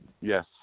Yes